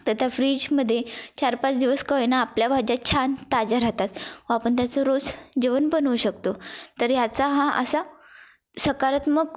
तर त्या फ्रीजमध्ये चार पाच दिवस का होईना आपल्या भाज्या छान ताज्या राहतात व आपण त्याचं रोज जेवण बनवू शकतो तर याचा हा असा सकारात्मक